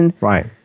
Right